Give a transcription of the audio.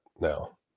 now